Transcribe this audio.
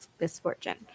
misfortune